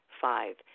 five